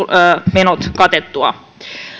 menot katettua